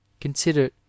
consider